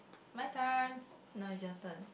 my turn not is your turn